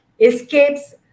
escapes